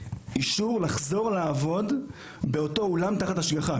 אישור לחזור לעבוד באותו אולם תחת השגחה,